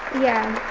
yeah.